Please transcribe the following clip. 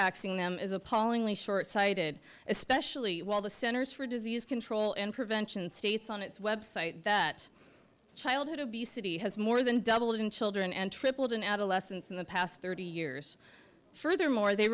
axing them is appallingly short sighted especially while the centers for disease control and prevention states on its website that childhood obesity has more than doubled in children and tripled in adolescence in the past thirty years furthermore they